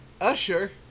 Usher